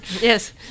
Yes